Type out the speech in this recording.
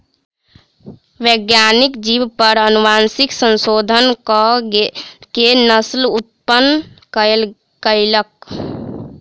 वैज्ञानिक जीव पर अनुवांशिक संशोधन कअ के नस्ल उत्पन्न कयलक